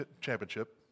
championship